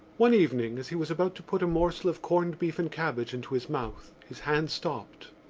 one evening as he was about to put a morsel of corned beef and cabbage into his mouth his hand stopped.